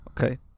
Okay